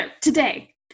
today